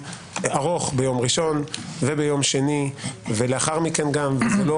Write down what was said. ארוך ביום ראשון וביום שני וגם לאחר מכן זה לא